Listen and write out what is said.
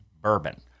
bourbon